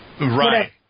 right